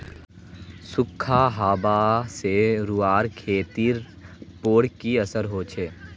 सुखखा हाबा से रूआँर खेतीर पोर की असर होचए?